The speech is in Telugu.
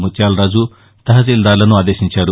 ముత్యాలరాజు తహశీల్దార్లను ఆదేశించారు